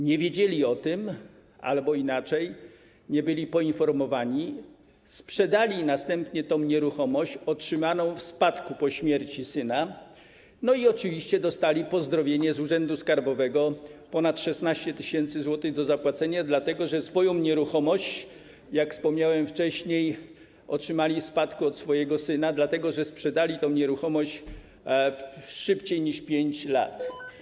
Nie wiedzieli o tym, albo inaczej - nie byli poinformowani, sprzedali następnie nieruchomość otrzymaną w spadku po śmierci syna i oczywiście dostali pozdrowienie z urzędu skarbowego - ponad 16 tys. zł do zapłacenia, dlatego że swoją nieruchomość, jak wspomniałem wcześniej, otrzymali w spadku od swojego syna, dlatego że sprzedali tę nieruchomość wcześniej niż po upływie 5 lat.